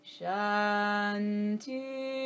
Shanti